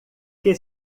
que